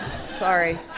sorry